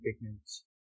pigments